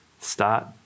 Start